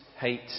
hate